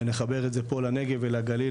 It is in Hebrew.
ונחבר את זה פה לנגב ולגליל,